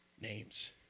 names